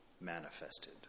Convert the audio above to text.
manifested